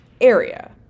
area